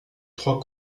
trois